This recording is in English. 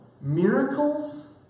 miracles